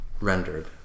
Rendered